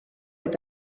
est